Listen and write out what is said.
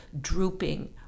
drooping